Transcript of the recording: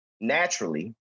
naturally